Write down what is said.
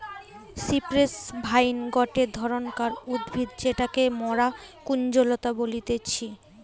cypress vine গটে ধরণকার উদ্ভিদ যেটাকে মরা কুঞ্জলতা বলতিছে